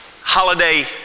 holiday